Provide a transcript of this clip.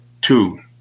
two